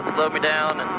me down.